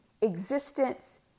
existence